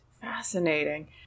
Fascinating